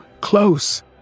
close